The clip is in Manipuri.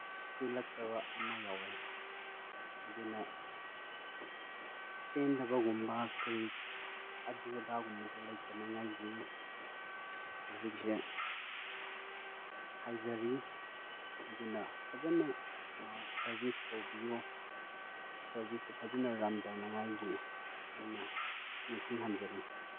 ꯄꯦꯜꯂꯛꯇꯕ ꯑꯃ ꯌꯥꯎꯋꯦ ꯑꯗꯨꯅ ꯄꯦꯟꯗꯕꯒꯨꯝꯕ ꯀꯔꯤ ꯑꯗꯨ ꯑꯗꯥꯒꯨꯝꯕꯗꯣ ꯂꯩꯇꯅꯉꯥꯏꯒꯤ ꯍꯧꯖꯤꯛꯁꯦ ꯍꯥꯏꯖꯔꯤ ꯑꯗꯨꯅ ꯐꯖꯅ ꯁꯥꯔꯚꯤꯁ ꯇꯧꯕꯤꯌꯣ ꯁꯥꯔꯚꯤꯁꯇꯣ ꯐꯖꯅ ꯔꯟ ꯇꯧꯅꯉꯥꯏꯒꯤ ꯑꯩꯅ ꯅꯤꯡꯁꯤꯍꯟꯖꯔꯤ